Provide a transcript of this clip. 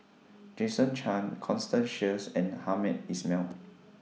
Jason Chan Constance Sheares and Hamed Ismail